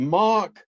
mark